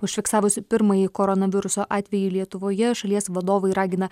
užfiksavusi pirmąjį koronaviruso atvejį lietuvoje šalies vadovai ragina